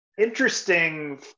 interesting